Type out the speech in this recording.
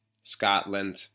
Scotland